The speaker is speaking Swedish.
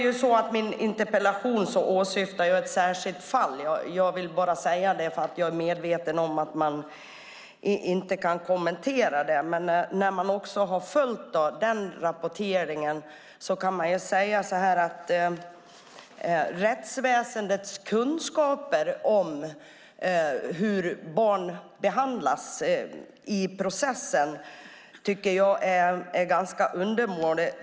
I min interpellation åsyftade jag ett särskilt fall, och jag är medveten om att man inte kan kommentera det. Men efter att ha följt den rapporteringen kan jag säga att rättsväsendets kunskaper om hur barn behandlas i processen är ganska undermåliga.